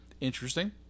interesting